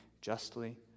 Justly